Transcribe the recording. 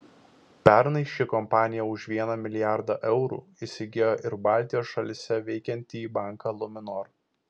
pernai ši kompanija už vieną milijardą eurų įsigijo ir baltijos šalyse veikiantį banką luminor